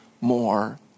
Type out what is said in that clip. more